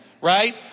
Right